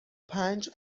پنج